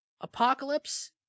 Apocalypse